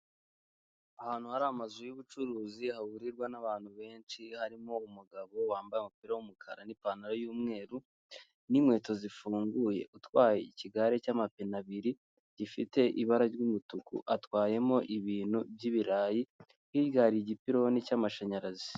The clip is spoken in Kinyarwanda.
Ahantu hari amazu y'ubucuruzi, hahurirwa n'abantu benshi. Harimo umugabo wambaye umupira w’umukara n’ipantaro y’umweru n'inkweto zifunguye utwaye ikigare cy’amapine abiri gifite ibara ry'umutuku, atwayemo ibintu by'ibirayi, hirya hari igipiloni cy’amashanyarazi.